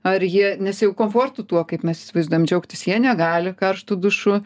ar jie nes jau komfortu tuo kaip mes įsivaizduojam džiaugtis jie negali karštu dušu